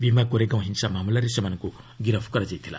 ଭୀମାକୋରେଗାଓଁ ହିଂସା ମାମଲାରେ ସେମାନଙ୍କୁ ଗିରଫ କରାଯାଇଥିଲା